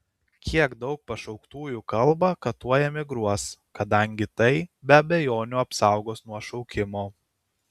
kiek daug pašauktųjų kalba kad tuoj emigruos kadangi tai be abejonių apsaugos nuo šaukimo